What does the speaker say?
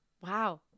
wow